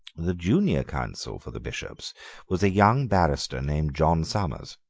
the junior counsel for the bishops was a young barrister named john somers.